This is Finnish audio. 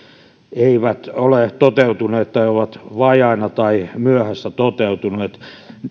eivät ole toteutuneet tai ovat vajaina tai myöhässä toteutuneet